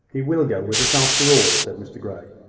he will go with us, after all, said mr grey.